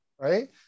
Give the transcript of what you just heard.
Right